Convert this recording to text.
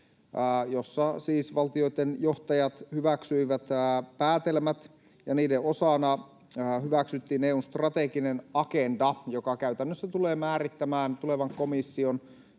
siis valtioitten johtajat hyväksyivät päätelmät ja niiden osana hyväksyttiin EU:n strateginen agenda, joka käytännössä tulee määrittämään tulevan komission